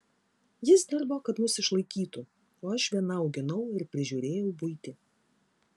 jis dirbo kad mus išlaikytų o aš viena auginau ir prižiūrėjau buitį